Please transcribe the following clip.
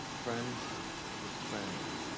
friends is friends.